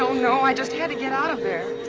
so know. i just had to get out of there.